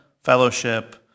fellowship